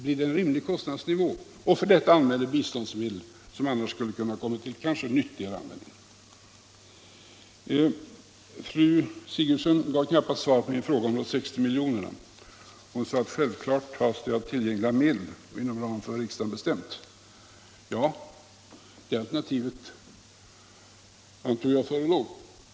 Blir det en rimlig kostnadsnivå för att använda biståndsmedel som annars kanske skulle kunna komma till nyttigare användning? Fru Sigurdsen gav knappast svar på min fråga om de 60 miljonerna. Hon sade att de självklart tas av tillgängliga medel inom ramen för vad riksdagen bestämt. Ja, det alternativet antog jag förelåg.